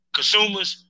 Consumers